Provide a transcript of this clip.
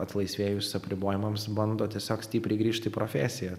atlaisvėjus apribojimams bando tiesiog stipriai grįžti į profesiją